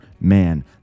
man